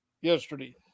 yesterday